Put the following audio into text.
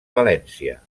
valència